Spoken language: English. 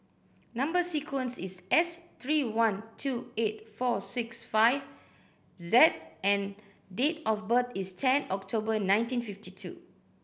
number sequence is S three one two eight four six five Z and date of birth is ten October nineteen fifty two